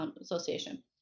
Association